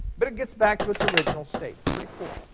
but it gets back to its original state. it's pretty cool.